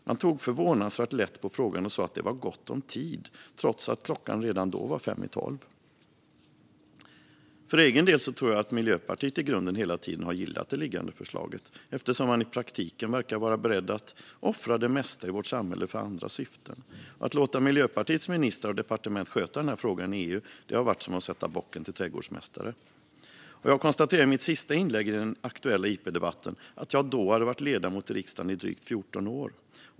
Man tog förvånansvärt lätt på frågan och sa att det var gott om tid, trots att klockan då redan var fem i tolv. För egen del tror jag också att Miljöpartiet i grunden hela tiden gillat det liggande förslaget eftersom man i praktiken verkar vara beredd att offra det mesta i vårt samhälle för andra syften. Att låta Miljöpartiets ministrar och departement sköta denna fråga i EU har varit som att sätta bocken till trädgårdsmästare. Jag konstaterade i mitt sista inlägg i den aktuella interpellationsdebatten att jag då hade varit ledamot i riksdagen i drygt 14 år.